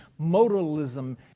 modalism